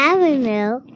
Avenue